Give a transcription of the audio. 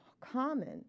common